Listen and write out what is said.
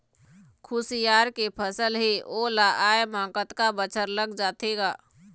खुसियार के फसल हे ओ ला आय म कतका बछर लग जाथे गा?